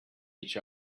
each